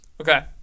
Okay